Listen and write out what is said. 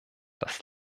das